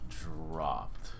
dropped